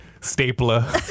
stapler